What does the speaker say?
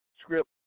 script